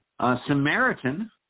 Samaritan